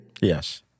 Yes